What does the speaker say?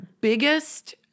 biggest